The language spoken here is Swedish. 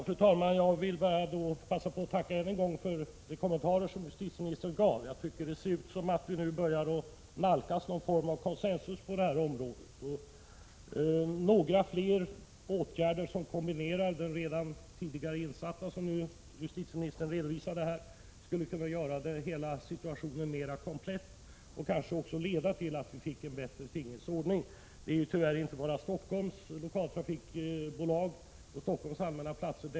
Fru talman! Jag vill passa på att tacka än en gång för de kommentarer justitieministern gav. Det ser ut som om vi börjar nalkas någon form av consensus på detta område. Några ytterligare åtgärder i kombination med de tidigare insatta, som justitieministern redovisade här, skulle kunna göra situationen mera komplett och kanske också leda till en bättre tingens ordning. Detta är ett problem inte bara för Stockholms lokaltrafikbolag och Stockholms allmänna platser.